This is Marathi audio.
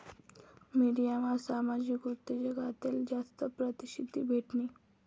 मिडियामा सामाजिक उद्योजकताले जास्ती परशिद्धी भेटनी